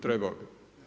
Trebao bi.